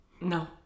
No